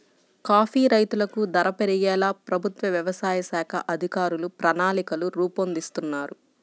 coffee రైతులకు ధర పెరిగేలా ప్రభుత్వ వ్యవసాయ శాఖ అధికారులు ప్రణాళికలు రూపొందిస్తున్నారు